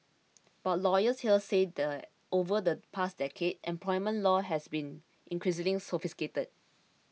but lawyers here say that over the past decade employment law has become increasingly sophisticated